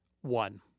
One